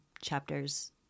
chapters